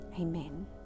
Amen